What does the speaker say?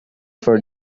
for